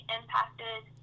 impacted